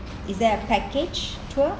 is there a package tour